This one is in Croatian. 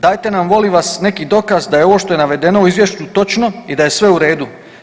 Dajte nam molim vas neki dokaz da ovo što je navedeno u izvješću točno i da je sve u redu.